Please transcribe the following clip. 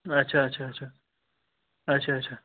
اچھا اچھا اچھا اچھا اچھا